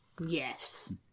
yes